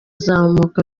zamuka